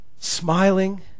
smiling